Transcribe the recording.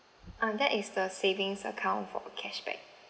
um that is the savings account for cashback